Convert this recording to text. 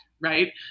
right